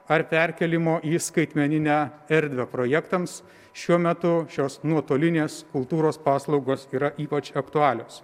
ar perkėlimo į skaitmeninę erdvę projektams šiuo metu šios nuotolinės kultūros paslaugos yra ypač aktualios